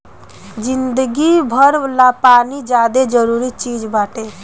जिंदगी भर ला पानी ज्यादे जरूरी चीज़ बाटे